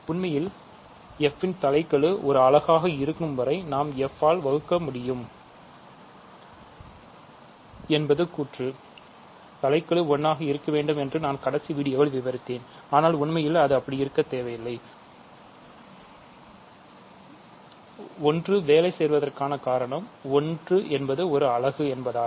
உண்மையில் f இன் தலைக்கெழுஎன்பதால்